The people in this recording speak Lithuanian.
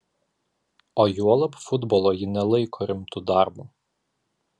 o juolab futbolo ji nelaiko rimtu darbu